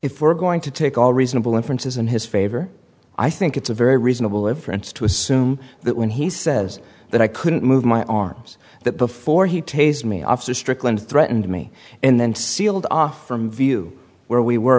if we're going to take all reasonable inferences in his favor i think it's a very reasonable inference to assume that when he says that i couldn't move my arms that before he tase me officer strickland threatened me and then sealed off from view where we were